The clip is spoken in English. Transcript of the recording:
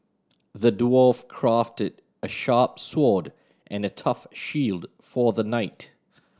the dwarf crafted a sharp sword and a tough shield for the knight